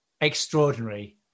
extraordinary